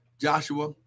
Joshua